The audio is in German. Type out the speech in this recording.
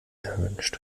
erwünscht